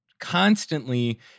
Constantly